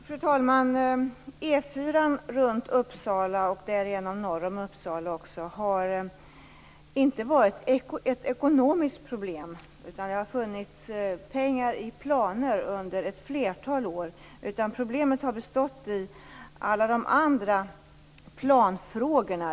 Fru talman! Frågan om E 4 förbi Uppsala och norr om Uppsala har inte varit ett ekonomiskt problem, utan det har funnits pengar i planer under ett flertal år. Problemet har bestått i alla de andra planfrågorna.